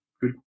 Good